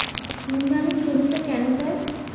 নিমারিন জমিতে কেন দেয়?